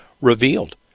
revealed